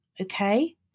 Okay